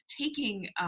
taking